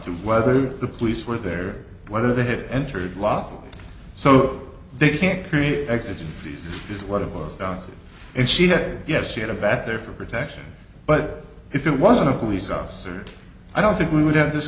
to whether the police were there whether they had entered law so they can't create exigencies is what it boils down to and she had yes she had a back there for protection but if it wasn't a police officer i don't think we would have this